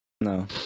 No